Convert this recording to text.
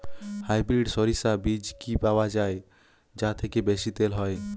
Hybrid শরিষা বীজ কি পাওয়া য়ায় যা থেকে বেশি তেল হয়?